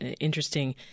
interesting